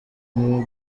muri